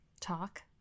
Talk